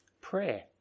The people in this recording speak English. Prayer